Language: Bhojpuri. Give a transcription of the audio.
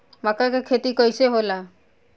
मका के खेती कइसे होला?